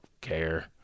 care